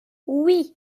oui